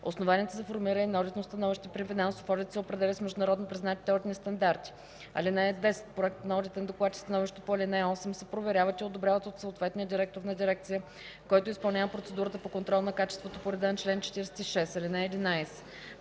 Основанията за формиране на одитно становище при финансов одит се определят с международно признатите одитни стандарти. (10) Проектът на одитен доклад и становището по ал. 8 се проверяват и одобряват от съответния директор на дирекция, който изпълнява процедурата по контрол на качеството по реда на чл. 46. (11)